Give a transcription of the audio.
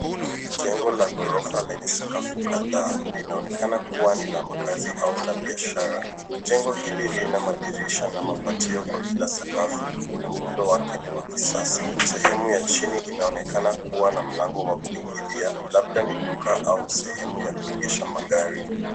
Jengo la ghorofa lenye sakafu kadhaa linaonekana kuwa ni la makaazi au la biashara. Jengo hili lina madirisha na mapatio kwa kila sakafu na muundo wake ni wa kisasa. Sehemu ya chini inaonekana kuwa na mlango wa kuingilia, labda ni duka au sehemu ya kuegesha magari.